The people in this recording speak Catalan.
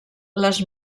les